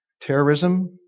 Terrorism